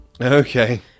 Okay